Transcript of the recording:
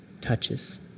touches